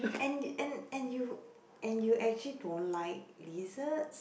and and and you and you actually don't like lizards